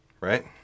right